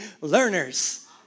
learners